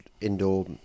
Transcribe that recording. indoor